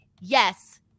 yes